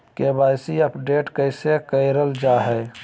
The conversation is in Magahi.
के.वाई.सी अपडेट कैसे करल जाहै?